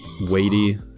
weighty